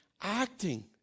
acting